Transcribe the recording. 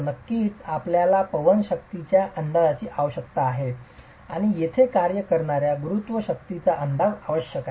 नक्कीच आपल्याला पवन शक्तीच्या अंदाजाची आवश्यकता आहे आणि येथे कार्य करणार्या गुरुत्व शक्तींचा अंदाज आवश्यक आहे